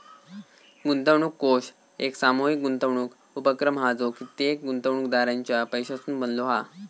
गुंतवणूक कोष एक सामूहीक गुंतवणूक उपक्रम हा जो कित्येक गुंतवणूकदारांच्या पैशासून बनलो हा